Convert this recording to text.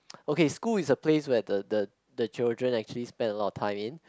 okay school is a place where the the the children actually spend a lot of time in